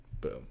boom